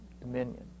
dominion